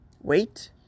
wait